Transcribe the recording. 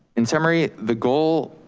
in summary, the goal,